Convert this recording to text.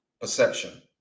perception